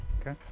Okay